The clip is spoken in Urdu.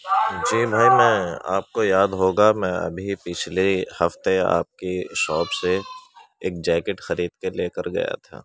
جی بھائی میں آپ کو یاد ہوگا میں ابھی پچھلے ہفتے آپ کی شاپ سے ایک جیکٹ خرید کے لے کر گیا تھا